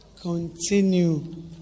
continue